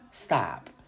Stop